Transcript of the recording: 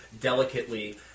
delicately